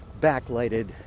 backlighted